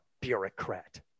bureaucrat